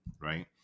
right